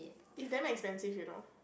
it's damn expensive you know